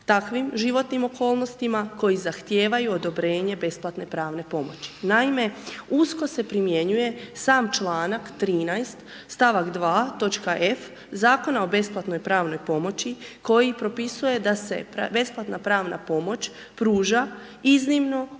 takvim životnim okolnostima koji zahtijevaju odobrenje besplatne pravne pomoći. Naime, usko se primjenjuje sam čl. 13. st. 2. toč. f. Zakona o besplatnoj pravnoj pomoći koji propisuje da se besplatna pravna pomoć pruža iznimno